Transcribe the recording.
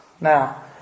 Now